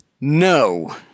No